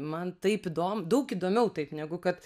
man taip įdom daug įdomiau taip negu kad